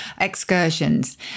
excursions